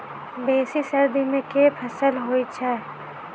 बेसी सर्दी मे केँ फसल होइ छै?